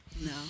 no